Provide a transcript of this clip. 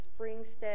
Springstead